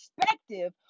perspective